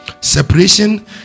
Separation